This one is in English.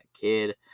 kid